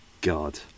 God